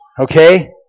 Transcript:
okay